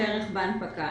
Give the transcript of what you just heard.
בהנפקה.